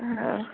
हां